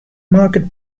market